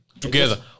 together